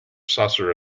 saucer